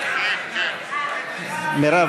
לחלופין (א) מצביעים, לאחרי